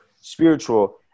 spiritual